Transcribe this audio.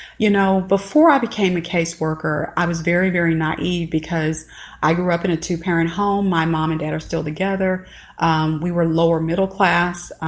you know before i became a case worker i was very very naive because i grew up in a two-parent home my mom and dad are still together we were lower middle class